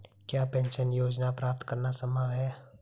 क्या पेंशन योजना प्राप्त करना संभव है?